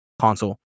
console